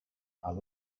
are